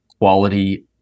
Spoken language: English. quality